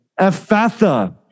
Ephatha